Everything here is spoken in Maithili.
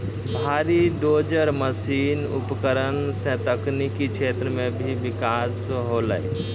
भारी डोजर मसीन उपकरण सें तकनीकी क्षेत्र म भी बिकास होलय